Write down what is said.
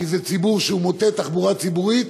כי זה ציבור שהוא מוטה תחבורה ציבורית,